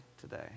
today